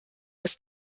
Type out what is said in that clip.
aus